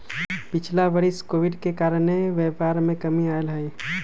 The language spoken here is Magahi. पिछिला वरिस में कोविड के कारणे व्यापार में कमी आयल हइ